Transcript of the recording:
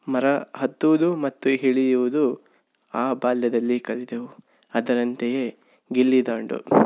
ಮರ ಹತ್ತುವುದು ಮತ್ತು ಇಳಿಯುವುದು ಆ ಬಾಲ್ಯದಲ್ಲಿ ಕಲಿತೆವು ಅದರಂತೆಯೇ ಗಿಲ್ಲಿದಾಂಡು